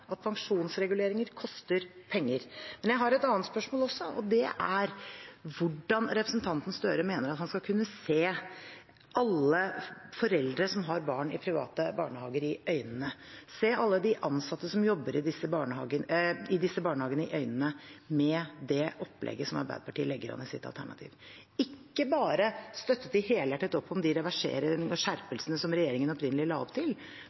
hvordan representanten Gahr Støre mener at han skal kunne se alle foreldre som har barn i private barnehager, i øynene, se alle de ansatte som jobber i disse barnehagene, i øynene, med det opplegget som Arbeiderpartiet legger an i sitt alternative budsjett. Ikke bare støttet de helhjertet opp om de reverseringene og skjerpelsene som regjeringen opprinnelig la opp til,